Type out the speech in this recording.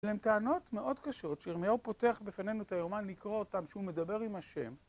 אלה הן טענות מאוד קשות, שירמיהו פותח בפנינו את היומן לקרוא אותם שהוא מדבר עם השם.